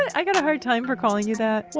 i got a hard time for calling you that